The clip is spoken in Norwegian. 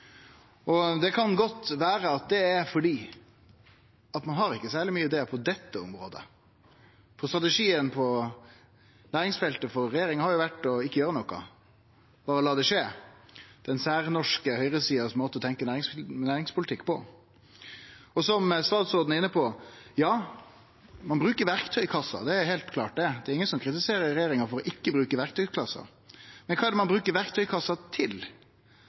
debatten. Det kan godt vere at det er fordi ein ikkje har særleg mange idear på dette området, for strategien frå regjeringa på næringsfeltet har jo vore ikkje å gjere noko, men berre la det skje – den særnorske høgresida sin måte å tenkje næringspolitikk på. Som statsråden var inne på, bruker ein verktøykassa – det er heilt klart. Det er ingen som kritiserer regjeringa for ikkje å bruke verktøykassa, men kva brukar ein verktøykassa til?